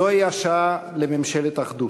זוהי השעה לממשלת אחדות.